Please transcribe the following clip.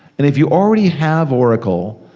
and if you already have oracle,